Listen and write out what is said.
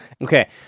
Okay